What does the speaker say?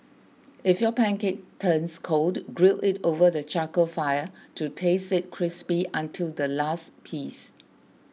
if your pancake turns cold grill it over the charcoal fire to taste it crispy until the last piece